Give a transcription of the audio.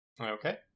Okay